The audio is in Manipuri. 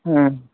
ꯎꯝ